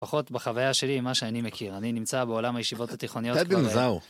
פחות בחוויה שלי ממה שאני מכיר, אני נמצא בעולם הישיבות התיכוניות כבר.